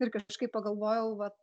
ir kažkaip pagalvojau va